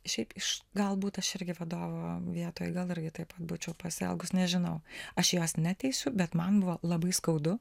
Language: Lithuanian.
šiaip iš galbūt aš irgi vadovo vietoj gal irgi taip pat būčiau pasielgus nežinau aš jos neteisiu bet man buvo labai skaudu